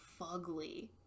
fugly